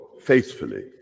faithfully